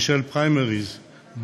בשל הפריימריז,